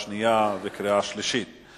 בעד, 9, נגד, אין, ונמנעים,